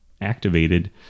activated